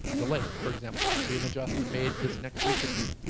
the lake for example. that will be an adjustment made this next week or two.